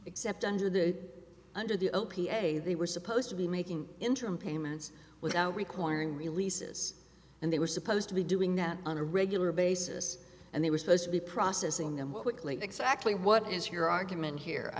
except under the under the o p s a they were supposed to be making interim payments without requiring releases and they were supposed to be doing that on a regular basis and they were supposed to be processing them what exactly what is your argument here i